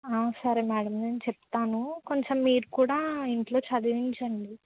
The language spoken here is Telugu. సరే మేడమ్ నేను చెప్తాను కొంచెం మీరుకూడా ఇంట్లో చదివించండి